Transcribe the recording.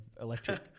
electric